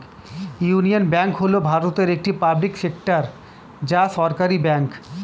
union Bank হল ভারতের একটি পাবলিক সেক্টর বা সরকারি ব্যাঙ্ক